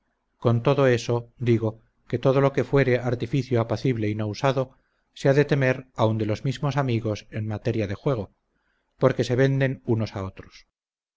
con todo eso digo que todo lo que fuere artificio apacible y no usado se ha de temer aun de los mismos amigos en materia de juego porque se venden unos a otros